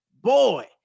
boy